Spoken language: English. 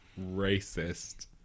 racist